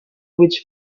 which